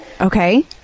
Okay